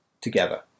together